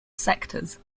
sectors